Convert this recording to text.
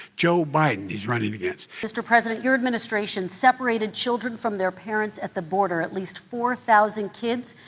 joe biden he's running against. mr. president, your administration separated children from their parents at the border, at least four thousand kids.